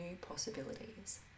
possibilities